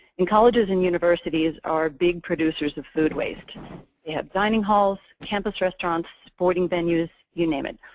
and colleges and universities are big producers of food waste. they have dining halls, campus restaurants, sporting venues, you name it.